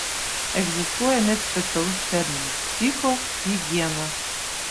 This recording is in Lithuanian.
egzistuoja net specialus terminas psichohigiena